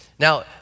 Now